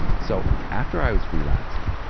so after i was relapsing,